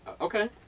okay